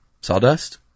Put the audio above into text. Sawdust